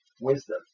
wisdom